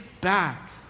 back